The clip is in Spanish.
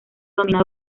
dominado